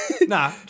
Nah